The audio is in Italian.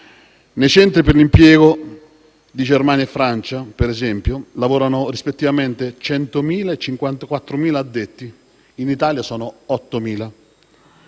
Nei centri per l'impiego di Germania e Francia, per esempio, lavorano rispettivamente 100.000 e 54.000 addetti; in Italia sono 8.000.